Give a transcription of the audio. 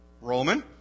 Roman